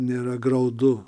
nėra graudu